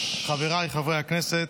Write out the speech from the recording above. חבריי חברי הכנסת,